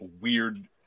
weird